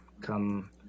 come